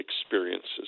experiences